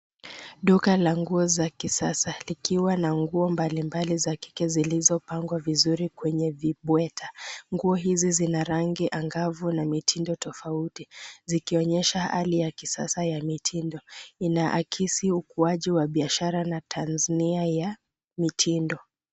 Duka la nguo za kisasa likiwa na nguo mbalimbali za kike zilizopangwa vizuri kwenye vibweta. Nguo hizi zina rangi angavu na mitindo tofauti, zikionyesha hali ya kisasa ya mitindo. Inaakisi ukuaji wa biashara na taznia ya mitindo.